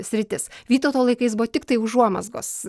sritis vytauto laikais buvo tiktai užuomazgos